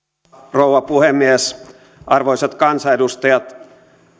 rouva puhemies arvoisat kansanedustaja